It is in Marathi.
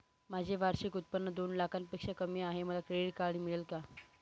माझे वार्षिक उत्त्पन्न दोन लाखांपेक्षा कमी आहे, मला क्रेडिट कार्ड मिळेल का?